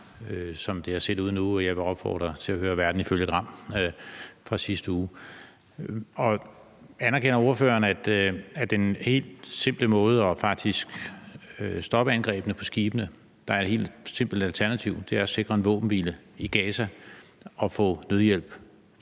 som det har set ud indtil nu. Jeg vil her opfordre til at høre »Verden ifølge Gram« fra sidste uge. Anerkender ordføreren, at den helt simple måde faktisk at stoppe angrebene på skibene på og det helt simple alternativ er at sikre en våbenhvile i Gaza og få nødhjælp frem